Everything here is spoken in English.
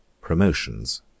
promotions